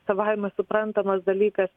savaime suprantamas dalykas